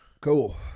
Cool